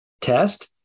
test